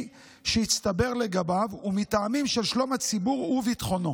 שהצטבר לגביו ומטעמים של שלום הציבור וביטחונו.